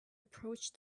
approached